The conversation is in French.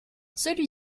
celui